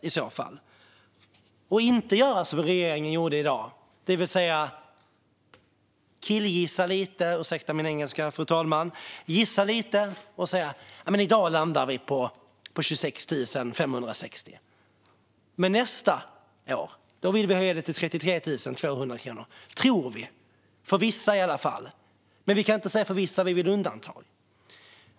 Det är bättre än att göra som regeringen gjorde i dag, det vill säga killgissa lite - ursäkta min engelska, fru talman - och säga att i dag landar vi på 26 560 kronor men nästa år vill vi höja till 33 200 kronor, tror vi, för vissa i alla fall, men vi kan inte säga vilka vi vill undanta.